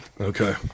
Okay